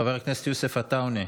חבר הכנסת יוסף עטאונה,